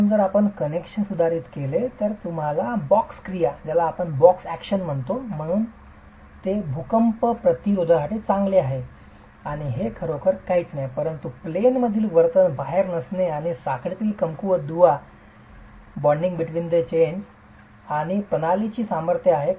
म्हणून जर आपण कनेक्शन सुधारित केले तर तुम्हाला बॉक्स क्रिया 'box action'म्हणून हळूहळू संदर्भित केले जाते जे भूकंप प्रतिरोधासाठी चांगले आहे आणि हे खरोखर काहीच नाही परंतु प्लेन मधील वर्तन बाहेर नसणे ही साखळीतील कमकुवत दुवा आणि प्रणालीची सामर्थ्य आहे